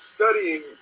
Studying